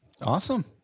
Awesome